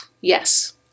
Yes